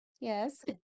yes